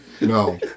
No